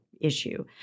issue